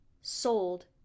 sold